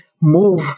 move